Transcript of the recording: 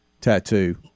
tattoo